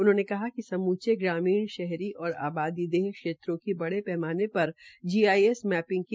उन्होंने बताया कि समूचे ग्रामीण शहरी और आबादी देह क्षेत्रों की बड़े पैमाने पर जी आई एस मैपिंग की